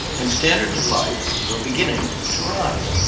and standards of life were beginning to rise.